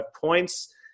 points